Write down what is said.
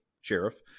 sheriff